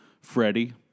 Freddie